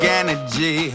energy